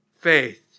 faith